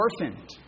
orphaned